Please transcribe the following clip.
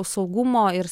saugumo ir